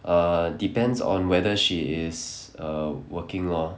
err depends on whether she is err working lor